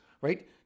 right